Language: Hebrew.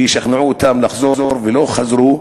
לשכנע אותם לחזור, ולא חזרו.